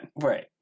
Right